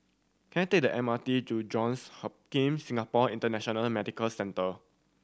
can I take the M R T to Johns Hopkin Singapore International Medical Centre